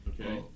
Okay